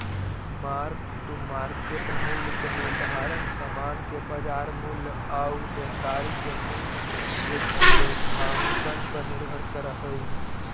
mark to market मूल्य के निर्धारण समान के बाजार मूल्य आउ देनदारी के मूल्य के लेखांकन पर निर्भर करऽ हई